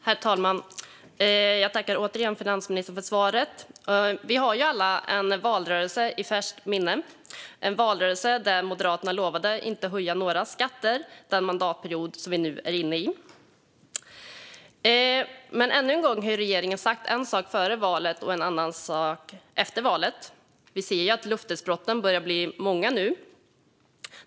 Herr talman! Jag tackar återigen finansministern för svaret. Vi har ju alla en valrörelse i färskt minne - en valrörelse där Moderaterna lovade att inte höja några skatter under den mandatperiod vi nu är inne i. Men ännu en gång har regeringen sagt en sak före valet och en annan sak efter valet. Vi ser att löftesbrotten börjar bli många nu.